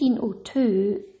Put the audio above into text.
1802